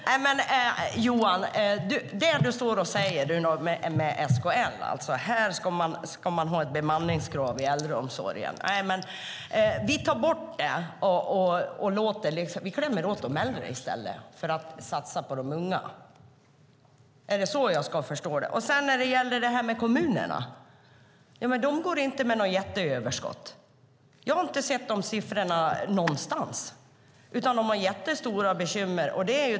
Herr talman! Johan, angående det du står och säger om SKL och att man ska ha ett bemanningskrav i äldreomsorgen vill jag fråga: Ska vi ta bort det och klämma åt de äldre i stället och satsa på de unga? Är det så jag ska förstå det du säger? När det gäller det här med kommunerna går de inte med några jätteöverskott. Jag har inte sett några sådana siffror någonstans. De har jättestora bekymmer.